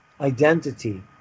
identity